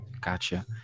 Gotcha